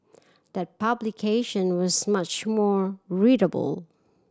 that publication was much more readable